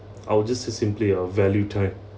I will just say simply uh value time